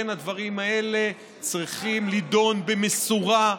כן, הדברים האלה צריכים להידון במשורה,